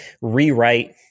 rewrite